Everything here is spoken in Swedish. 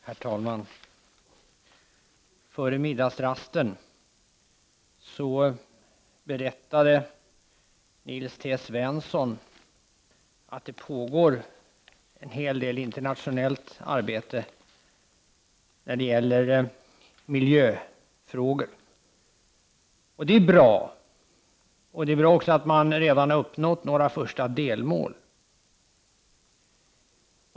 Herr talman! Före middagsrasten berättade Nils T Svensson att det pågår en hel del internationellt arbete när det gäller miljöfrågor. Det är ju bra, och det är också bra att man redan uppnått några första delmål.